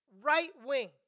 right-wing